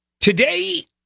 Today